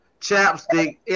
chapstick